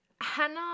Hannah